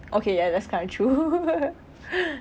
okay ya that's kind of true